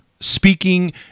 speaking